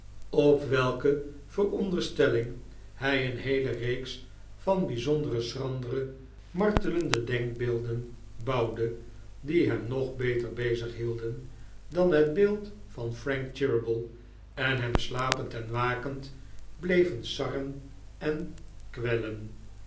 op welke veronderstelling hij een heele reeks van bijzonder schrandere martelende denkbeelden bouwde die hem nog beter bezighielden dan het beeld van frank cheeryble en hem slapend en wakend bleven sarren en kwellen